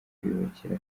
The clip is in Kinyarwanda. kwiyubakira